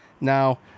Now